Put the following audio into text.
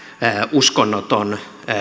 uskonnoton